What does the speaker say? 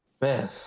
Man